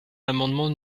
l’amendement